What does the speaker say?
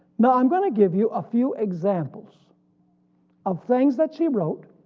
now i'm going to give you a few examples of things that she wrote